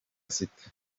sita